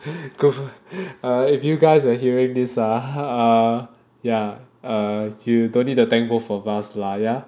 err if you guys are hearing this ah err ya err you don't need to thank both of us lah yeah